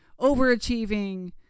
overachieving